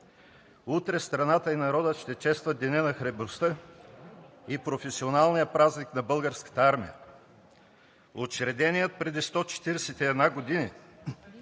утре страната и народът ще честват Деня на храбростта и професионалния празник на Българската армия. Учреденият преди 141 години